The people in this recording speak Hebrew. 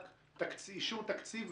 רק אישור תקציב וזהו,